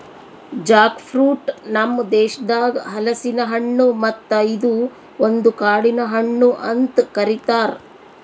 Jack fruit ನಮ್ ದೇಶದಾಗ್ ಹಲಸಿನ ಹಣ್ಣು ಮತ್ತ ಇದು ಒಂದು ಕಾಡಿನ ಹಣ್ಣು ಅಂತ್ ಕರಿತಾರ್